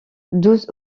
douze